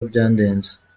byandenze